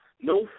no